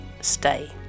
Stay